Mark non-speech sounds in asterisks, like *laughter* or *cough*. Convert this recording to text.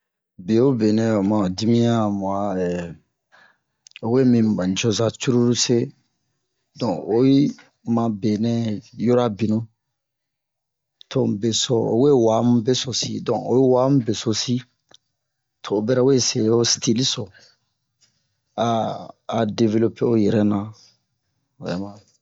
bewobe nɛ oma ho dimiyan mu a *hesitation* o we mi bun ɓa nucoza curulu se donk oyi ma benɛ yɔrɔ binnu tomu beso o we wa mu besosi donk o wa mu besosi to o bɛrɛ we se ho stile so a a develope o yɛrɛ na obɛ mare